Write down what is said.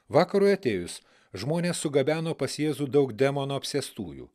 vakarui atėjus žmonės sugabeno pas jėzų daug demono apsėstųjų